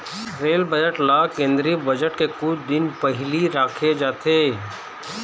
rail budget ल केंद्रीय budget के कुछ दिन पहिली राखे जाथे